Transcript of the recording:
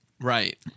Right